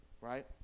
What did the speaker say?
Right